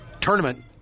tournament